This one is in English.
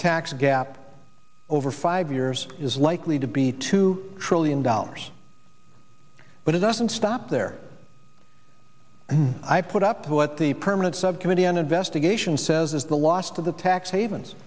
tax gap over five years is likely to be two trillion dollars but it doesn't stop there and i put up what the permanent subcommittee on investigations says is the last of the tax havens